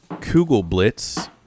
Kugelblitz